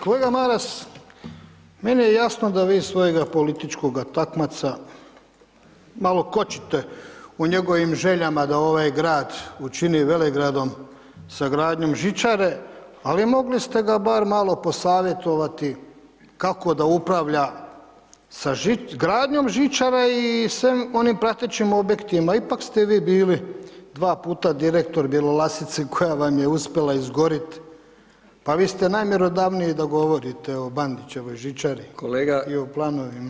Kolega Maras, meni je jasno da vi svojega političkoga takmaca malo kočite u njegovim željama da ovaj grad učine velegradom sa gradnjom žičare, ali mogli ste ga bar malo posavjetovati kako da upravlja sa gradnjom žičare i svim onim plastičnim objektima, ipak ste vi bili dva puta direktor Bjelolasice koja vam je uspjela izgorit, pa vi ste najmjerodavniji da govorite o Bandićevoj žičari [[Upadica: Kolega]] i o planovima.